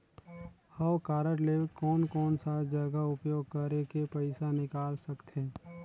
हव कारड ले कोन कोन सा जगह उपयोग करेके पइसा निकाल सकथे?